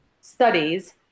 studies